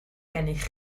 gennych